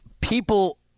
people